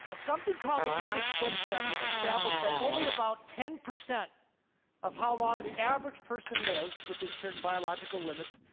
something called the danish twin study established that only about ten percent of how long the average person lives, within certain biological limits,